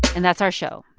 and that's our show.